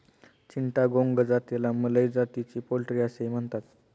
चिटागोंग जातीला मलय जातीची पोल्ट्री असेही म्हणतात